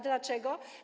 Dlaczego?